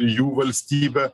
jų valstybę